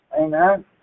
Amen